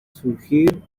surgir